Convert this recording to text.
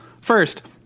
First